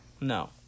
no